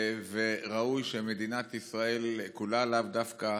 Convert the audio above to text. וראוי שמדינת ישראל כולה, לאו דווקא